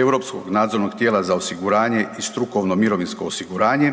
Europskog nadzornog tijela za osiguranje i strukovno mirovinsko osiguranje,